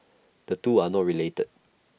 the two are not related